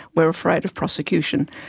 we are afraid of prosecution.